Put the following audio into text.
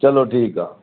चलो ठीकु आहे